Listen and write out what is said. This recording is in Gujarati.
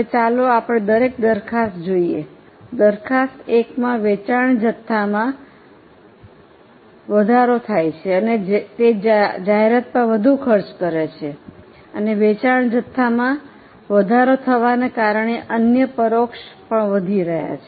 હવે ચાલો આપણે દરેક દરખાસ્ત જોઈએ દરખાસ્ત 1 માં વેચાણ જથ્થામાં વધારો થાય છે અને તે જાહેરાત પર વધુ ખર્ચ કરે છે અને વેચાણ જથ્થામાં વધારો થવાને કારણે અન્ય પરોક્ષ પણ વધી રહ્યા છે